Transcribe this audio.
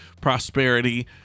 prosperity